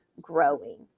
growing